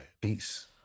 Peace